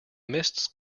mists